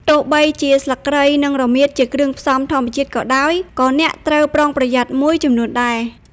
ទោះបីជាស្លឹកគ្រៃ និងរមៀតជាគ្រឿងផ្សំធម្មជាតិក៏ដោយ ក៏អ្នកត្រូវប្រុងប្រយ័ត្នមួយចំនួនដែរ។